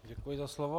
Děkuji za slovo.